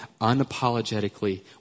unapologetically